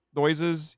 noises